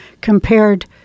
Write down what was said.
compared